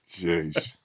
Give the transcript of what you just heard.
Jeez